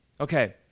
Okay